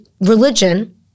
religion